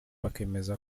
bakemeza